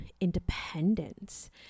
independence